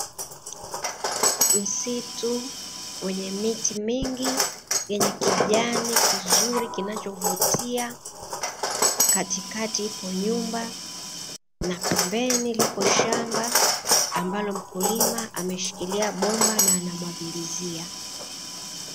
Msitu wenye miti mingi yenye kijani kizuri kinachovutia katikati ipo nyumba na pembeni lipo shamba ambalo mkulima ameshikilia bomba na anamwagilizia.